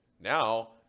now